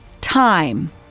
time